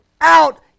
out